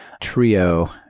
Trio